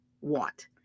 want